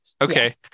Okay